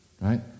Right